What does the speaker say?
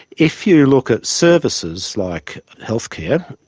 if you look at services like healthcare,